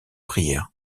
prières